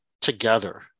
together